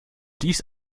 dies